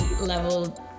level